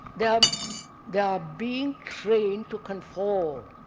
they um they are being trained to conform.